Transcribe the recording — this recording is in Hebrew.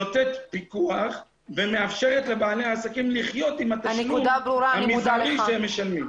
שנותנת פיקוח ומאפשרת לבעלי העסקים לחיות עם התשלום המזערי שהם משלמים.